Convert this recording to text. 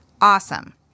Awesome